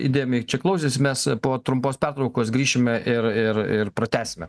įdėmiai čia klausėsi mes po trumpos pertraukos grįšime ir ir ir pratęsime